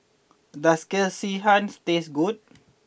does Sekihan taste good